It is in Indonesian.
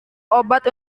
obat